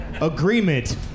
Agreement